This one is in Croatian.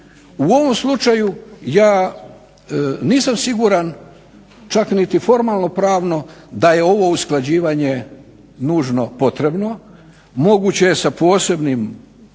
U ovom slučaju ja nisam siguran čak niti formalno pravno da je ovo usklađivanje nužno potrebno, moguće je na poseban